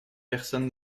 personne